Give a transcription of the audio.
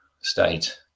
state